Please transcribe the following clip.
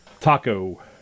Taco